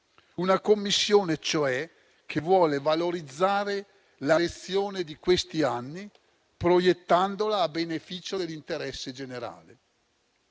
Una Commissione, cioè, che voglia valorizzare la lezione di questi anni, proiettandola a beneficio dell'interesse generale.